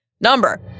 number